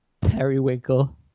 periwinkle